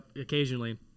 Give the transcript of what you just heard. occasionally